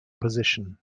position